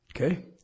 Okay